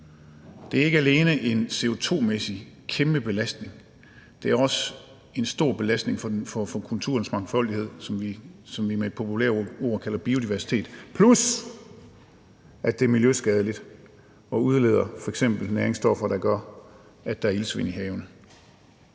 Det er ikke alene CO2-mæssigt en kæmpe belastning; det er også en stor belastning for naturens mangfoldighed, som vi med et populært ord kalder biodiversitet, plus at det er miljøskadeligt og f.eks. udleder næringsstoffer, der gør, at der er iltsvind i havene.